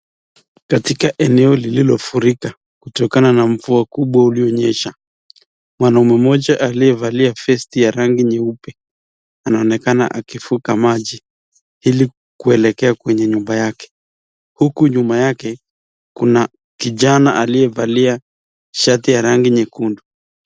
Katika eneo lililofurika kutokana na mvua kubwa ulionyesha, mwanaume mmoja aliyevalia vesti ya rangi nyeupe anaonekana akivuka maji ili kuelekea kwenye nyumba yake. Huku nyuma yake kuna kijana aliyevalia shati ya rangi nyekundu.